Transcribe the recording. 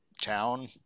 town